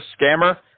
scammer